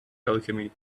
alchemy